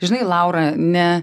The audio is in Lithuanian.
žinai laura ne